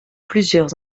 plusieurs